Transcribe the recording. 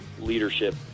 leadership